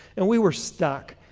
and we were stuck.